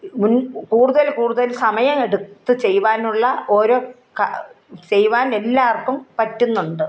മുൻ കൂടുതൽ കൂടുതൽ സമയം എടുത്ത് ചെയ്യുവാനുള്ള ഓരോ ചെയ്യുവാൻ എല്ലാവർക്കും പറ്റുന്നുണ്ട്